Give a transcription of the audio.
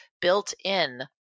built-in